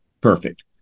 perfect